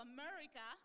America